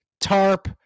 tarp